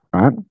Right